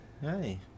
Hey